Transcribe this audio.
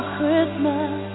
Christmas